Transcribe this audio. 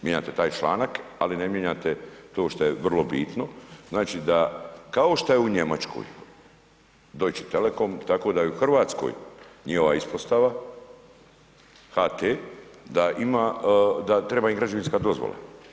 Mijenjate taj članak, ali ne mijenjate to što je vrlo bitno, znači da, kao što je u Njemačkoj, Deutsche Telekom, tako da i u Hrvatskoj, nije ova ispostava, HT, da ima, da treba im građevinska dozvola.